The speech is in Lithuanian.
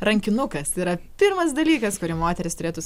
rankinukas yra pirmas dalykas kurį moteris turėtų